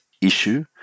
issue